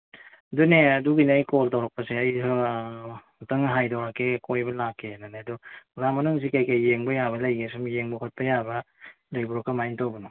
ꯑꯗꯨꯅꯦ ꯑꯗꯨꯒꯤꯅꯦ ꯑꯩ ꯀꯣꯜ ꯇꯧꯔꯛꯄꯁꯦ ꯑꯩꯁꯨ ꯈꯤꯇꯪ ꯍꯥꯏꯗꯣꯔꯛꯀꯦ ꯀꯣꯏꯕ ꯂꯥꯛꯀꯦꯅꯅꯦ ꯑꯗꯨ ꯀꯪꯂꯥ ꯃꯅꯨꯡꯁꯤ ꯀꯩ ꯀꯩ ꯌꯦꯡꯕ ꯌꯥꯕ ꯂꯩꯒꯦ ꯁꯨꯝ ꯌꯦꯡꯕ ꯈꯣꯠꯄ ꯌꯥꯕ ꯂꯩꯕ꯭ꯔꯣ ꯀꯃꯥꯏꯅ ꯇꯧꯕꯅꯣ